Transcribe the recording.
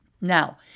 Now